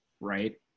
right